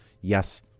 Yes